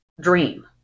dream